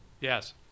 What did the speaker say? Yes